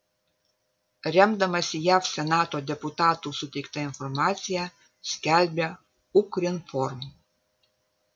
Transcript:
remdamasi jav senato deputatų suteikta informacija skelbia ukrinform